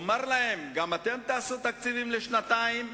שישים מול עיניו את ערך ריסון הכוח וריסון,